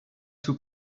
two